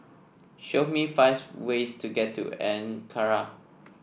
show me five ways to get to Ankara